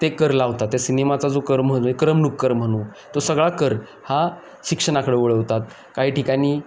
ते कर लावतात त्या सिनेमाचा जो कर म्हणू करमणूक कर म्हणू तो सगळा कर हा शिक्षणाकडे वळवतात काही ठिकाणी